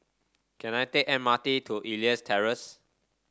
can I take the M R T to Elias Terrace